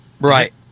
Right